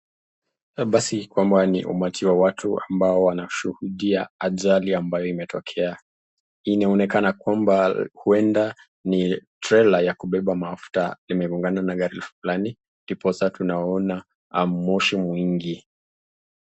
Hapa ni umati wa watu ambao wanashuhudia ajali ambayo imetokea, inaonekana kwamba huenda ni trela ya kubeba mafuta imegongana na gari fulani, ndiposa tunaona moshi mwingi.